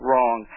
Wrong